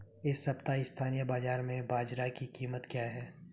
इस सप्ताह स्थानीय बाज़ार में बाजरा की कीमत क्या है?